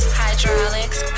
hydraulics